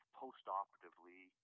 postoperatively